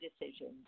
decisions